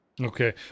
Okay